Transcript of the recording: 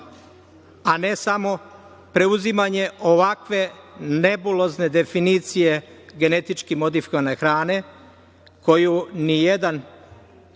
a ne samo preuzimanje ovakve nebulozne definicije genetički modifikovane hrane koju ni jedan